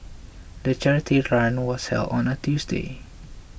the charity run was held on a Tuesday